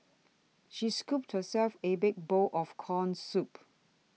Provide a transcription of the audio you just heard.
she scooped herself a big bowl of Corn Soup